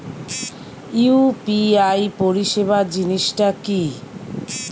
UPI পরিসেবা জিনিসটা কি?